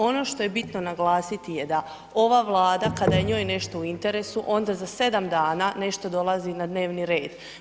Ono što je bitno naglasiti je da ovaj Vlada, kada je njoj nešto u interesu, onda za 7 dana nešto dolazi na dnevni red.